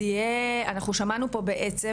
אנחנו שמענו פה בעצם,